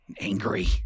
angry